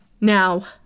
Now